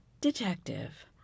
Detective